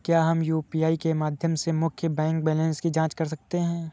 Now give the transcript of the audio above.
क्या हम यू.पी.आई के माध्यम से मुख्य बैंक बैलेंस की जाँच कर सकते हैं?